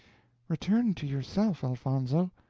return to yourself, elfonzo,